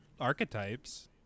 archetypes